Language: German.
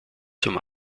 zum